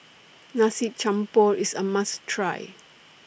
Nasi Campur IS A must Try